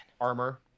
armor